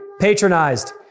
patronized